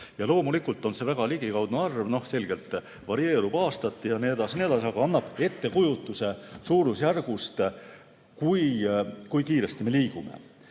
Loomulikult on see väga ligikaudne arv, selgelt varieerub aastate [lõikes] jne, jne, aga annab ettekujutuse suurusjärgust, kui kiiresti me liigume.